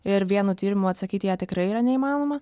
ir vienu tyrimu atsakyt į ją tikrai yra neįmanoma